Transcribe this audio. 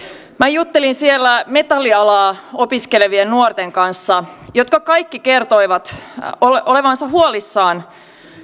juttelin siellä metallialaa opiskelevien nuorten kanssa jotka kaikki kertoivat olevansa huolissaan